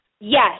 Yes